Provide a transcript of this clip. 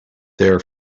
their